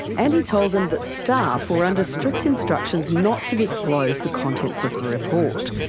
and he told them that staff were under strict instructions not to disclose the contents of the report.